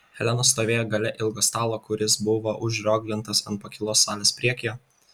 helena stovėjo gale ilgo stalo kuris buvo užrioglintas ant pakylos salės priekyje